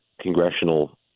congressional